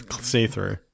see-through